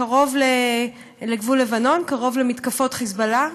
קרוב לגבול לבנון, קרוב למתקפות "חיזבאללה".